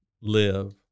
live